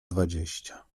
dwadzieścia